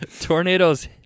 Tornadoes